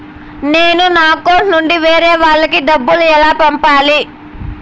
నేను నా అకౌంట్ నుండి వేరే వాళ్ళకి డబ్బును ఎలా పంపాలి?